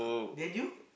then you